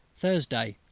thursday,